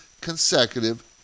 consecutive